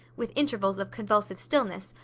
with intervals of convulsive stillness,